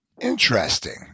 Interesting